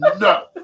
no